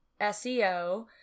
SEO